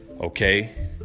Okay